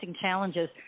challenges